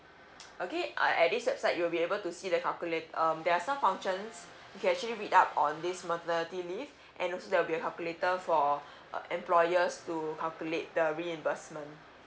okay uh at this website you'll be able to see the calculat~ um there are some functions you can actually read up on this maternity leave and also there are calculator for the employers to calculate the reimbursement